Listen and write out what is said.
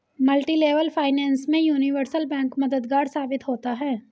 multilevel finance में universal bank मददगार साबित होता है